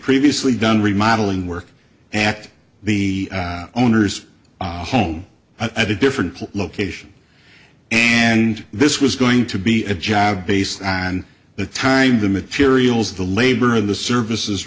previously done remodeling work act the owner's home at a different location and this was going to be a job based on the time the materials the labor of the services